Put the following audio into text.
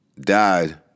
died